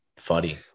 funny